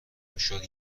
میشد